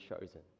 chosen